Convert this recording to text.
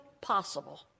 possible